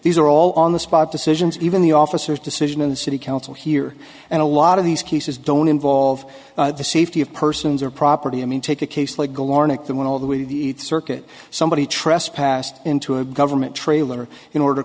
these are all on the spot decisions even the officers decision in the city council here and a lot of these cases don't involve the safety of persons or property i mean take a case like galore nick the one all the way to the circuit somebody trespassed into a government trailer in order to